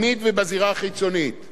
אלה דברים שאין להם שחר.